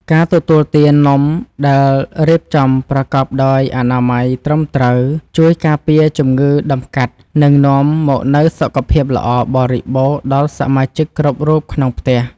ការទទួលទាននំដែលរៀបចំប្រកបដោយអនាម័យត្រឹមត្រូវជួយការពារជំងឺតម្កាត់ និង នាំមកនូវសុខភាពល្អបរិបូរណ៍ដល់សមាជិកគ្រប់រូបក្នុងផ្ទះ។